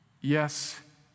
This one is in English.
yes